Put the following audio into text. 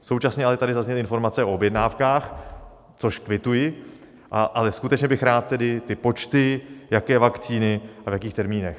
Současně ale tady zazněly informace o objednávkách, což kvituji, ale skutečně bych rád ty počty, jaké vakcíny a v jakých termínech.